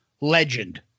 Legend